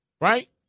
right